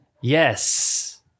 Yes